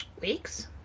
Weeks